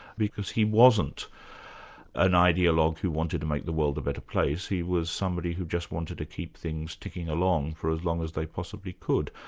because he wasn't an ideologue who wanted to make the world a better place, he was somebody who just wanted to keep things ticking along for as long as they possibly could.